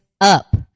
up